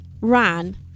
ran